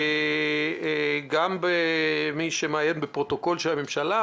גם מי שמעיין בפרוטוקול של הממשלה,